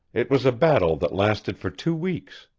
it was a battle that lasted for two weeks.